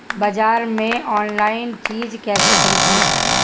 बाजार से आनलाइन चीज कैसे खरीदी?